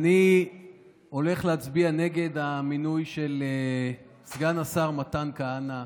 אני הולך להצביע נגד המינוי של סגן השר מתן כהנא,